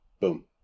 boom